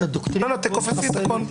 אתייחס לתהליך המשטרתי בכמה נקודות כי את